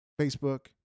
Facebook